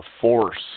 force